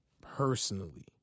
personally